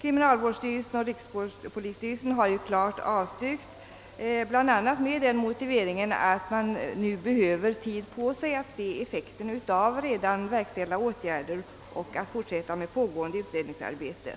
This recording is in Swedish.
Kriminalvårdsstyrelsen och rikspolisstyrelsen har klart avstyrkt, bl.a. med den motiveringen att man nu behöver tid på sig att se effekten av redan verkställda åtgärder och för att kunna fortsätta med pågående utredningsarbete.